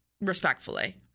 respectfully